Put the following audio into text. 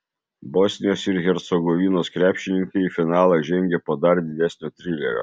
bosnijos ir hercegovinos krepšininkai į finalą žengė po dar didesnio trilerio